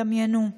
דמיינו...